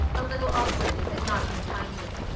a little awkwardly, but not unkindly.